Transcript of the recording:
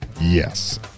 Yes